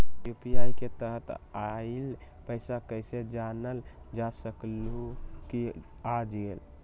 UPI के तहत आइल पैसा कईसे जानल जा सकहु की आ गेल?